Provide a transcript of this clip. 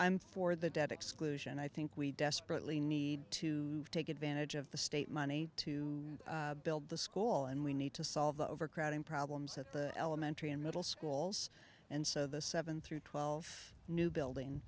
for the debt exclusion i think we desperately need to take advantage of the state money to build the school and we need to solve the overcrowding problems at the elementary and middle schools and so the seven through twelve new building